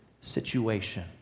situation